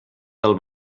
del